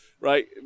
right